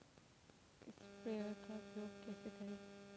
Sprayer का उपयोग कैसे करें?